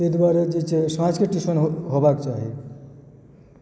ताहि दुआरे जे छै साँझके ट्यूशन होबाके चाही